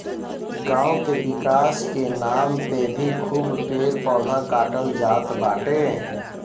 गांव के विकास के नाम पे भी खूब पेड़ पौधा काटल जात बाटे